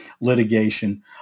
litigation